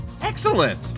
Excellent